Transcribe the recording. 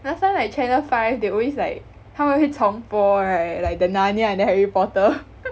last time like Channel Five they always like 他们会重播 right like the Narnia and then Harry Potter